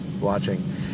watching